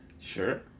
Sure